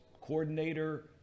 coordinator